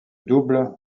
double